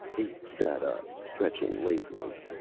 he sat up, stretching lazily.